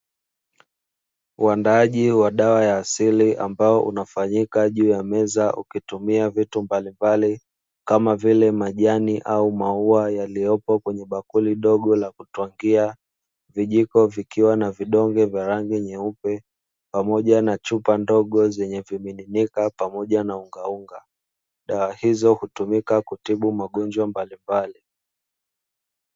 Uandaaji wa dawa ya asili ambao unafanyika juu ya meza ukitumia vitu mbalimbali, kama vile majani au maua yaliyopo kwenye bakuli dogo la kutwangia, vijiko vikiwa na vidonge vya rangi nyeupe, pamoja na chupa ndogo zenye vimiminika pamoja na ungaunga. Dawa hizo hutumika kutibu magonjwa mbalimbali.